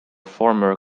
former